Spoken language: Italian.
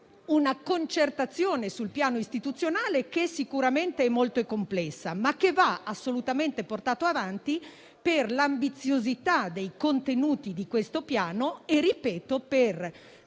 una concertazione sul piano istituzionale che sicuramente è molto complessa, ma che va assolutamente portata avanti per l'ambiziosità dei contenuti di questo Piano, per dargli